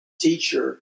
teacher